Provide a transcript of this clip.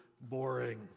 boring